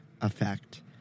effect